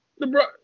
LeBron